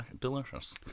delicious